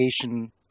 education